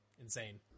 insane